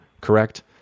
correct